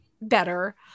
better